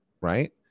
right